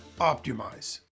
optimize